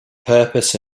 purpose